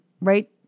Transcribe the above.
right